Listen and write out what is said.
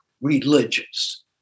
religious